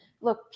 Look